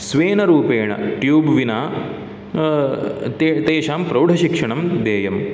स्वेन रूपेण ट्यूब् विना तेषां प्रौढशिक्षणं देयं